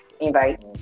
invite